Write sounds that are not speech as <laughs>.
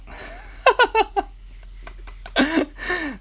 <laughs>